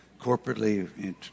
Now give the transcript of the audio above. Corporately